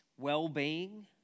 well-being